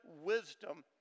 wisdom